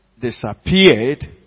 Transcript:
disappeared